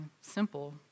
simple